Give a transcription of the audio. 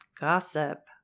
gossip